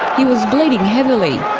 he was bleeding heavily.